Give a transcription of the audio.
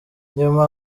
nyuma